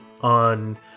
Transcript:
on